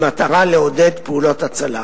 במטרה לעודד פעולות הצלה".